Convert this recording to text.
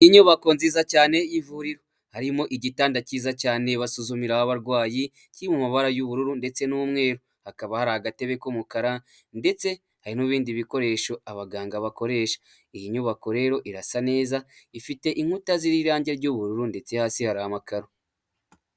Inyubako nziza cyane y'ivuriro, harimo igitanda cyiza cyane basuzumiraho abarwayi, kiri mu mabara y'ubururu ndetse n'umweru, hakaba hari agatebe k'umukara ndetse hari n'ibindi bikoresho abaganga bakoresha, iyi nyubako rero irasa neza ifite inkuta ziho irange ry'ubururu, ndetse hari amakaro.